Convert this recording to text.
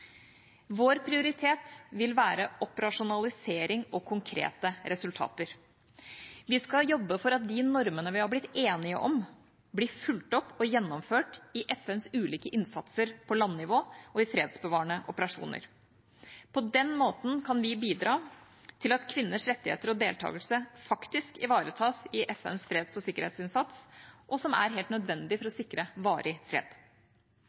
Vår prioritet vil være operasjonalisering og konkrete resultater. Vi skal jobbe for at de normene vi er blitt enige om, blir fulgt opp og gjennomført i FNs ulike innsatser på landnivå og i fredsbevarende operasjoner. På den måten kan vi bidra til at kvinners rettigheter og deltakelse faktisk ivaretas i FNs freds- og sikkerhetsinnsats – som er nødvendig for å sikre varig fred.